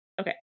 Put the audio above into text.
okay